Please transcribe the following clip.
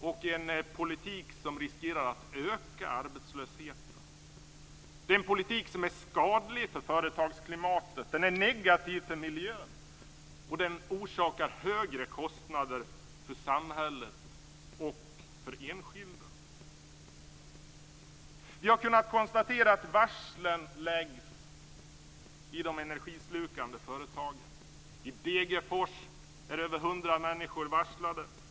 Det är en politik som riskerar att öka arbetslösheten, en politik som är skadlig för företagsklimatet. Den är negativ för miljön, och den orsakar högre kostnader för samhället och för enskilda. Vi har kunnat konstatera att varslen läggs i de energislukande företagen. I Degerfors är över 100 människor varslade.